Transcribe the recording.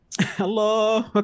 Hello